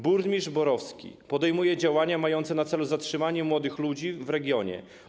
Burmistrz Borowski podejmuje działania mające na celu zatrzymanie młodych ludzi w regionie.